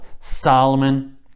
Solomon